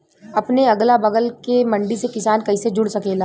अपने अगला बगल के मंडी से किसान कइसे जुड़ सकेला?